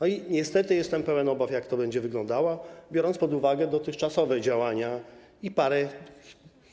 No i niestety jestem pełen obaw, jak to będzie wyglądało, biorąc pod uwagę dotychczasowe działania i parę